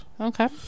Okay